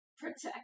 Protect